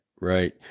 right